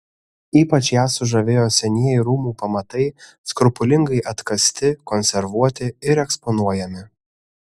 ypač ją sužavėjo senieji rūmų pamatai skrupulingai atkasti konservuoti ir eksponuojami